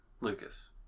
Lucas